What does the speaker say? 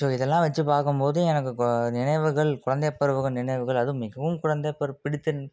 so இதெல்லாம் வச்சு பார்க்கும்போது எனக்கு நினைவுகள் குழந்தை பருவம் நினைவுகள் அதுவும் மிகவும் குழந்தை பரு பிடித்த